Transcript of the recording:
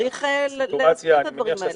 צריך להציף את הדברים האלה.